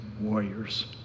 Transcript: warriors